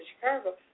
Chicago